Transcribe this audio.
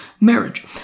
marriage